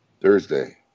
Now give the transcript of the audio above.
Thursday